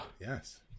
Yes